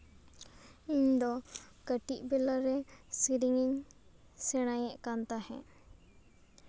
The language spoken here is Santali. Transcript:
ᱤᱧ ᱫᱚ ᱠᱟᱹᱴᱤᱡ ᱵᱮᱞᱟ ᱨᱮ ᱥᱮᱨᱮᱧᱤᱧ ᱥᱮᱬᱟᱭᱮᱫ ᱠᱟᱱ ᱛᱟᱦᱮᱫ